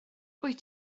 wyt